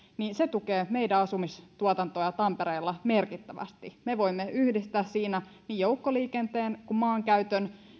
tukee meidän asuntotuotantoamme tampereella merkittävästi me voimme yhdistää siinä niin joukkoliikenteen kuin maankäytön